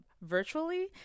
virtually